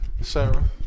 Sarah